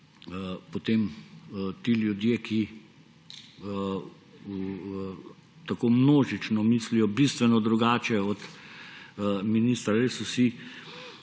potem ti ljudje, ki tako množično mislijo bistveno drugače od ministra, res vsi